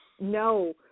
No